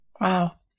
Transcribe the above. Wow